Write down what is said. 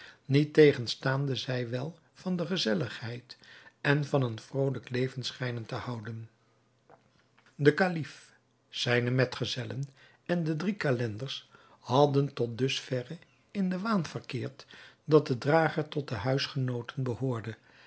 niettegenstaande zij wel van de gezelligheid en van een vrolijk leven schijnen te houden de kalif zijne medgezellen en de drie calenders hadden tot dus verre in den waan verkeerd dat de drager tot de huisgenooten behoorde